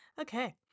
Okay